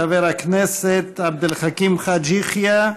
חבר הכנסת עבד אל חכים חאג' יחיא.